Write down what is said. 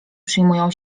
przyjmują